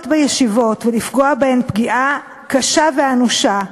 בישיבות ולפגוע בהן פגיעה קשה ואנושה.